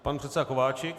Pan předseda Kováčik.